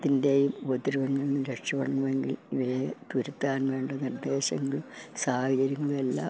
അതിൻ്റെയും ഉതിരവത്തിൽ നിന്നും രക്ഷപ്പെടണമെങ്കിൽ ഇവയെ തുരത്താൻ വേണ്ട നിർദ്ദേശങ്ങൾ സാഹചര്യങ്ങളുമെല്ലാം